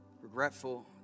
regretful